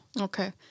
Okay